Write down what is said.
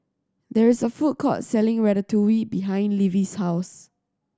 there is a food court selling Ratatouille behind Levie's house